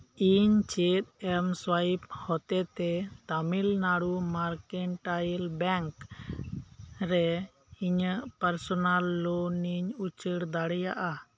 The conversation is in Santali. ᱤᱧ ᱪᱮᱫ ᱮᱢᱥᱚᱣᱟᱭᱤᱯᱷ ᱦᱚᱛᱮ ᱛᱮ ᱛᱟᱢᱤᱞᱱᱟᱲᱩ ᱢᱟᱨᱠᱮᱱᱴᱟᱭᱤᱞ ᱵᱮᱝᱠ ᱨᱮ ᱤᱧᱟᱜ ᱯᱟᱨᱥᱚᱱᱟᱞ ᱞᱳᱱ ᱤᱧ ᱩᱪᱟᱹᱲ ᱫᱟᱲᱮᱭᱟᱜ ᱟ